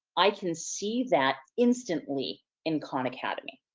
i can see that instantly in khan academy.